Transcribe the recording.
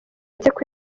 nseko